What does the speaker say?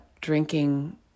drinking